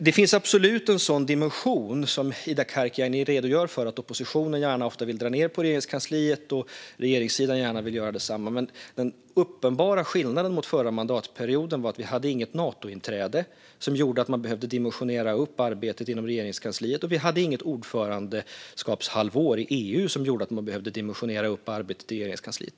Det finns absolut en sådan dimension som Ida Karkiainen redogör för, att oppositionen ofta gärna vill dra ned på Regeringskansliet och att regeringssidan gärna vill göra det motsatta. Den uppenbara skillnaden mot förra mandatperioden är att vi då inte hade något Natointräde som gjorde att man behövde dimensionera upp arbetet inom Regeringskansliet. Inte heller hade man något ordförandeskapshalvår i EU som gjorde att man behövde dimensionera upp arbetet i Regeringskansliet.